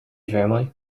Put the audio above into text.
family